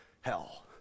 hell